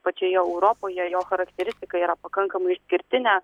pačioje europoje jo charakteristika yra pakankamai išskirtinė